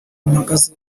mpagaze